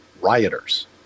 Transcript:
rioters